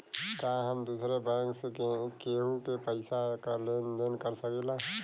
का हम दूसरे बैंक से केहू के पैसा क लेन देन कर सकिला?